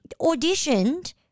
auditioned